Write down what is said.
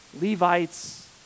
Levites